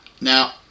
Now